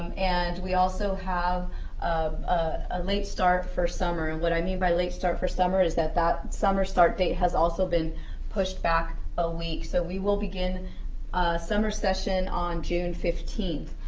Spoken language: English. and we also have a ah late start for summer. what i mean by late start for summer is that that summer start date has also been pushed back a week, so we will begin summer session on june fifteen.